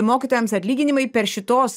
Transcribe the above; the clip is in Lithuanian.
mokytojams atlyginimai per šitos